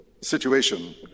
situation